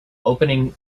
opening